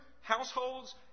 households